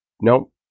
nope